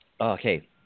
Okay